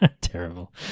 Terrible